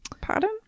Pardon